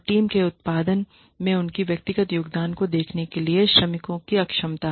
और टीम के उत्पादन में उनके व्यक्तिगत योगदान को देखने के लिए श्रमिकों की अक्षमता